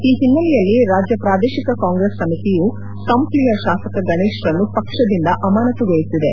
ಈ ಓನ್ನೆಲೆಯಲ್ಲಿ ರಾಜ್ಯ ಪ್ರಾದೇಶಿಕ ಕಾಂಗ್ರೆಸ್ ಸಮಿತಿಯು ಕಂಪ್ಲಿಯ ಶಾಸಕ ಗಣೇಶ್ರನ್ನು ಪಕ್ಷದಿಂದ ಅಮಾನತುಗೊಳಿಸಿದೆ